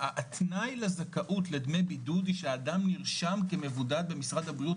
התנאי לזכאות לדמי בידוד הוא שאדם נרשם כמבודד במשרד הבריאות,